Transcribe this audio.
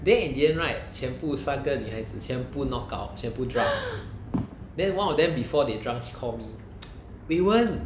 then in the end right 全部三个女孩子全部 knockout 全部 drunk then one of them before they drunk she call me weiwen